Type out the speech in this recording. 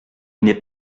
n’est